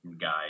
guy